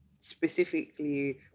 specifically